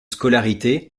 scolarité